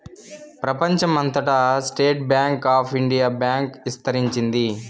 ప్రెపంచం అంతటా State Bank of India bank ఇస్తరించింది